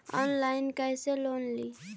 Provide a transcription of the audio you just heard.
Online कैसे loan ली?